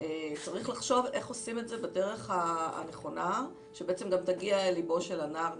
לחשוב איך עושים את זה בדרך הנכונה שגם תגיע לליבו של הנער,